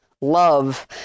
love